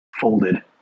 folded